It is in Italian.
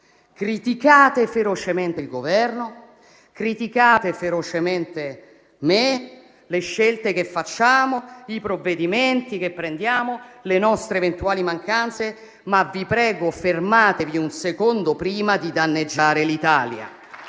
criticate ferocemente il Governo, criticate ferocemente me, le scelte che facciamo, i provvedimenti che prendiamo, le nostre eventuali mancanze, ma vi prego: fermatevi un secondo prima di danneggiare l'Italia